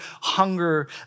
hunger